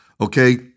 Okay